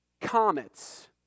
comets